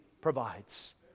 provides